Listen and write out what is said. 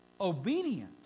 obedient